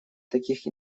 таких